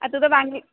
ତୁ ତ ବାଙ୍ଗଲୋର